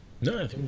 no